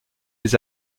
les